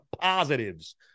positives